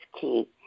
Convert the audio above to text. key